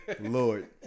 Lord